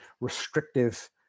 restrictive